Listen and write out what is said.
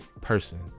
person